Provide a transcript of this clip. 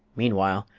meanwhile,